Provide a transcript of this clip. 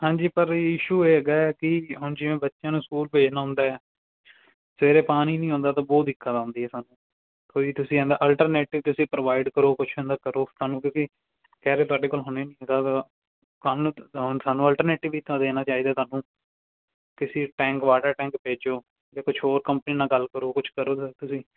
ਹਾਂਜੀ ਪਰ ਇਸ਼ੂ ਇਹ ਹੈਗਾ ਕਿ ਹੁਣ ਜਿਵੇਂ ਬੱਚਿਆਂ ਨੂੰ ਸਕੂਲ ਭੇਜਣਾ ਹੁੰਦਾ ਸਵੇਰੇ ਪਾਣੀ ਨਹੀਂ ਆਉਂਦਾ ਤਾਂ ਬਹੁਤ ਦਿੱਕਤ ਆਉਂਦੀ ਹੈ ਸਾਨੂੰ ਕੋਈ ਤੁਸੀਂ ਅਲਟਰਨੇਟਿਵ ਤੁਸੀਂ ਪ੍ਰੋਵਾਈਡ ਕਰੋ ਕੁਝ ਨਾ ਕਰੋ ਸਾਨੂੰ ਕਿਉਂਕਿ ਕਹਿ ਕੇ ਤੁਹਾਡੇ ਕੋਲ ਹੁਣੇ ਨਹੀਂ ਹੁੰਦਾ ਕੱਲ੍ਹ ਸਾਨੂੰ ਅਲਟਨੇਟਿਵ ਵੀ ਤਾਂ ਦੇਣਾ ਚਾਹੀਦਾ ਤੁਹਾਨੂੰ ਕਿਸੇ ਟੈਂਕ ਵਾਟਰ ਟੈਂਕ ਭੇਜੋ ਜਾਂ ਕੁਝ ਹੋਰ ਕੰਪਨੀ ਨਾਲ ਗੱਲ ਕਰੋ ਕੁਝ ਕਰੋ ਤੁਸੀਂ